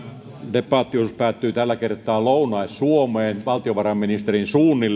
debattiosuus päättyy tällä kertaa lounais suomeen valtiovarainministerin